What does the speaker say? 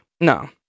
No